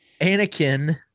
Anakin